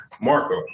Marco